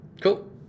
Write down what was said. Cool